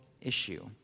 issue